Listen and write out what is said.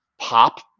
pop